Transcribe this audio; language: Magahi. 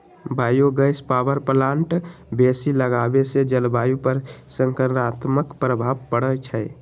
बायो गैस पावर प्लांट बेशी लगाबेसे जलवायु पर सकारात्मक प्रभाव पड़इ छै